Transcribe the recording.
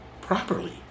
properly